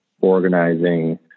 organizing